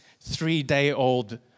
three-day-old